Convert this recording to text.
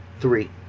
three